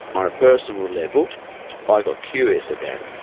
on a personal level i got curious about it.